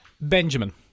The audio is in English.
Benjamin